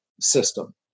System